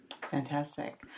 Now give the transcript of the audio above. Fantastic